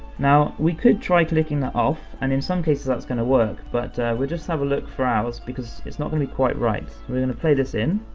now, we could try clicking that off, and in some cases, that's gonna work but we just have a look for hours, because it's not really quite right, we're gonna play this in,